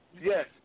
Yes